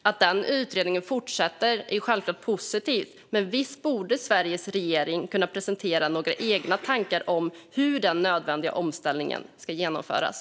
Att den utredningen fortsätter är självklart positivt, men visst borde Sveriges regering kunna presentera några egna tankar om hur den nödvändiga omställningen ska genomföras?